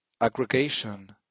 aggregation